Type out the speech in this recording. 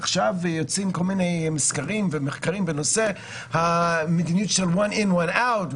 עכשיו יוצאים כל מיני סקרים ומחקרים בנושא המדיניות של one in one out,